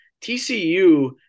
TCU